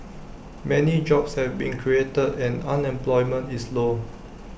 many jobs have been created and unemployment is low